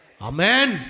Amen